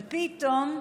ופתאום,